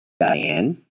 Diane